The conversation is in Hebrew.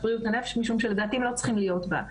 בריאות הנפש משום שלדעתי הם לא צריכים להיות בה.